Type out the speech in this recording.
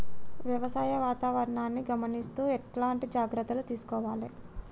వ్యవసాయ వాతావరణాన్ని గమనిస్తూ ఎట్లాంటి జాగ్రత్తలు తీసుకోవాలే?